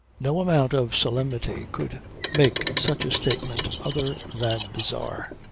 no amount of solemnity could make such a statement other than bizarre.